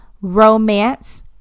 romance